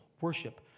worship